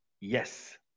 Yes